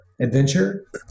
adventure